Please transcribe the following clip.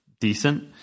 decent